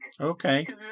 Okay